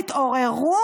תתעוררו,